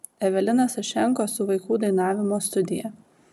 evelina sašenko su vaikų dainavimo studija